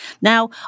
Now